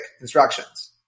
instructions